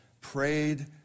prayed